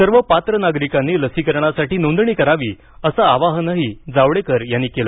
सर्व पात्र नागरिकांनी लसीकरणासाठी नोंदणी करावी असं आवाहनही जावडेकर यांनी केलं